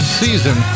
season